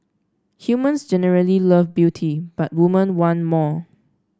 humans generally love beauty but woman one more